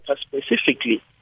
specifically